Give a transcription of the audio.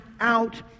out